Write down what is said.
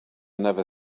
never